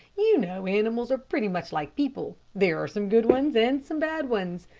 you know animals are pretty much like people. there are some good ones and some bad ones.